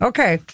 Okay